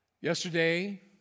Yesterday